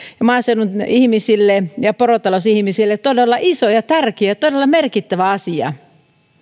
maaseudun ihmisille ja porotalousihmisille se on todella iso ja tärkeä ja todella merkittävä asia kyse